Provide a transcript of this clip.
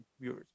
viewers